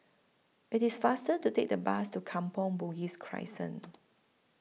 IT IS faster to Take The Bus to Kampong Bugis Crescent